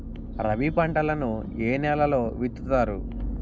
రబీ పంటలను ఏ నెలలో విత్తుతారు?